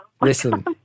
Listen